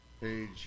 page